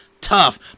Tough